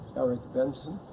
eric benson.